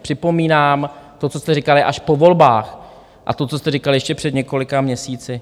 Připomínám to, co jste říkali až po volbách, a to, co jste říkali ještě před několika měsíci.